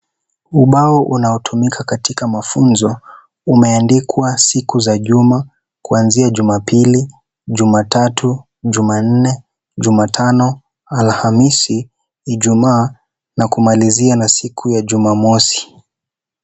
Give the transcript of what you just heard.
Ubao unaotumika katika mafunzo umeandikwa siku za juma kuazia Jumapili, Jumatatu , Jumanne, Jumatano , Alhamisi , Ijumaa na kumalizia na siku ya Jumamosi